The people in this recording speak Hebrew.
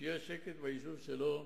שיהיה שקט ביישוב שלו,